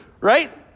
right